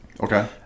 Okay